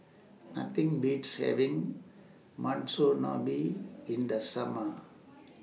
Nothing Beats having Monsunabe in The Summer